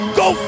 go